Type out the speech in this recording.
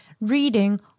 reading